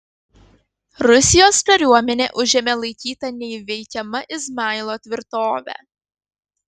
rusijos kariuomenė užėmė laikytą neįveikiama izmailo tvirtovę